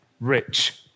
rich